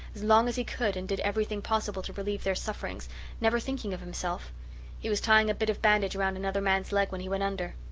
as long as he could, and did everything possible to relieve their sufferings never thinking of himself he was tying a bit of bandage round another man's leg when he went under.